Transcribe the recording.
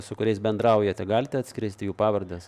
su kuriais bendraujate galite atskleisti jų pavardes